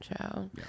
show